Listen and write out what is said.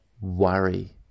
worry